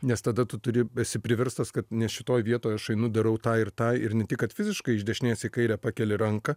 nes tada tu turi esi priverstas kad nes šitoj vietoj aš einu darau tą ir tą ir ne tik kad fiziškai iš dešinės į kairę pakeli ranką